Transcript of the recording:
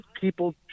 people